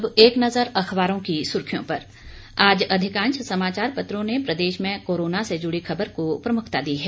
अब एक नजर अखबारों की सुर्खियों पर आज अधिकांश समाचार पत्रों ने प्रदेश में कोरोना से जुड़ी खबर को प्रमुखता दी है